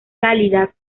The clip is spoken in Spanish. cálidas